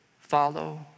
Follow